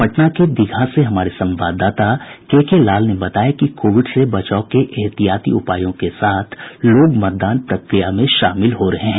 पटना के दीघा से हमारे संवाददाता के के लाल ने बताया कि कोविड से बचाव के एहतियाती उपायों के साथ लोग मतदान प्रक्रिया में शामिल हो रहे हैं